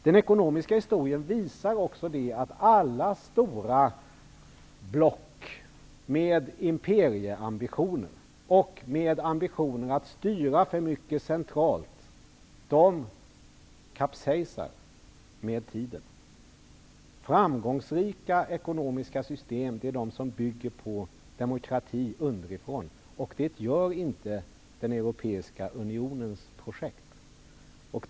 Den ekonomiska historien visar också att alla stora block med imperieambitioner och med ambitionen att styra för mycket centralt kapsejsar med tiden. Framgångsrika ekonomiska system är de system som bygger på demokrati underifrån. Det gör inte den europeiska unionens projekt.